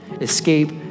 escape